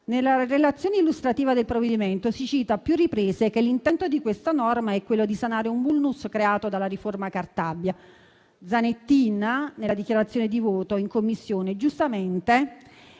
Nella relazione illustrativa del provvedimento si cita a più riprese che l'intento di questa norma è quello di sanare un *vulnus* creato dalla riforma Cartabia. Il relatore, senatore Zanettin, nella dichiarazione di voto in Commissione giustamente,